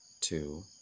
two